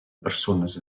persones